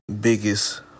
biggest